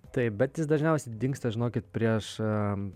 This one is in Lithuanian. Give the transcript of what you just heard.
taip bet jis dažniausiai dingsta žinokit prieš